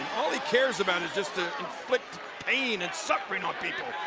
all he cares about is just to inflict pain and suffering on people.